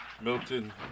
Milton